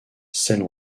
celle